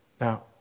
Now